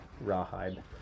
rawhide